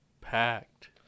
packed